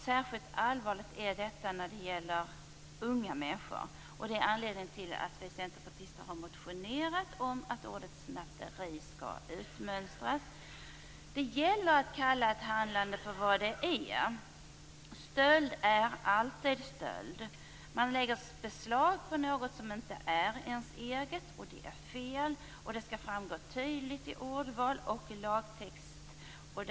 Särskilt allvarligt är detta när det gäller unga människor. Det är anledningen till att vi centerpartister har motionerat om att ordet snatteri skall utmönstras. Det gäller att kalla ett handlande för vad det är. Stöld är alltid stöld. Man lägger beslag på något som inte är ens eget. Det är fel. Och det skall tydligt framgå i ordval och i lagtext.